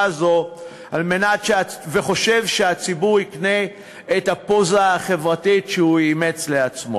הזו וחושב שהציבור יקנה את הפוזה החברתית שהוא אימץ לעצמו?